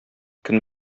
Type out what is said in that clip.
көн